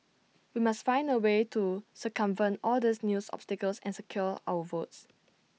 we must find A way to circumvent all these news obstacles and secure our votes